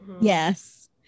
Yes